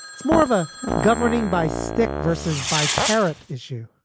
it's more of a governing by stick versus by carrot issue.